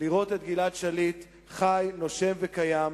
לראות את גלעד שליט חי, נושם וקיים,